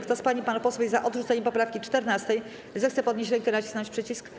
Kto z pań i panów posłów jest za odrzuceniem poprawki 14., zechce podnieść rękę i nacisnąć przycisk.